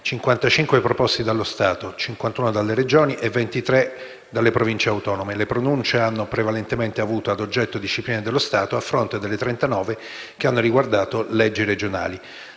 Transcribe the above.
55 proposti dallo Stato, 51 dalle Regioni e 23 dalle Province autonome. Le pronunce hanno prevalentemente avuto a oggetto discipline dello Stato, a fronte delle 39 che hanno riguardato leggi regionali.